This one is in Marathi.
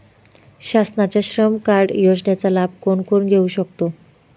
शासनाच्या श्रम कार्ड योजनेचा लाभ कोण कोण घेऊ शकतो?